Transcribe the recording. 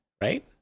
right